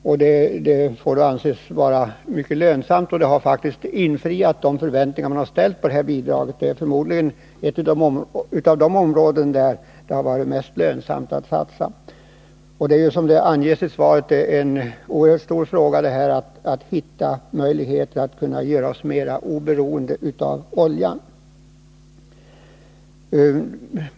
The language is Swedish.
Det är ett gott resultat och får anses vara mycket lönsamt, och de förväntningar man har ställt på detta bidrag har faktiskt infriats. Det är förmodligen ett av de områden där det har varit mest lönsamt att satsa. Som det anges i svaret är det en oerhört stor ekonomisk fråga att hitta möjligheter för att göra oss mera oberoende av oljan.